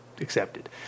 accepted